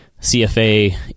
CFA